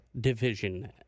division